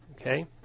Okay